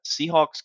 Seahawks